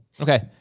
Okay